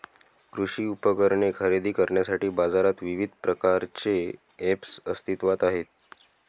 कृषी उपकरणे खरेदी करण्यासाठी बाजारात विविध प्रकारचे ऐप्स अस्तित्त्वात आहेत